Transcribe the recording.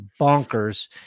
bonkers